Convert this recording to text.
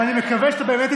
אני מבקש לא להפריע לי.